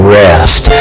rest